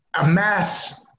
amass